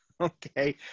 Okay